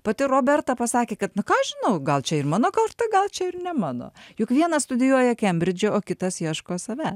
pati roberta pasakė kad na ką aš žinau gal čia ir mano karta gal čia ir ne mano juk vienas studijuoja kembridže o kitas ieško savęs